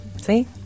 See